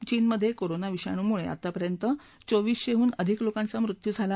चीनमधे कोरोना विषाणूमुळे आतापर्यंत चोवीसशेहून अधिक लोकांचा मृत्यू झाला